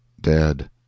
dead